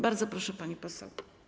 Bardzo proszę, pani poseł.